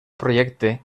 projecte